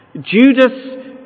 Judas